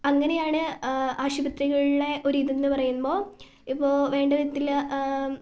അങ്ങനെ ആണ് ആശുപത്രികളിലെ ഒരു ഇതെന്നു പറയുമ്പോൾ ഇപ്പോൾ വേണ്ട വിധത്തിൽ